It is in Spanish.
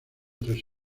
tres